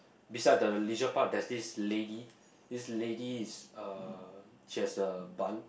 beside the leisure park there's this lady this lady is uh she has a bun